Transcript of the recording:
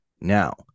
now